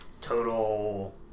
total